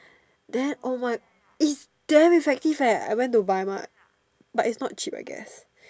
then oh my is damn effective eh I went to buy mart but is not cheap I guess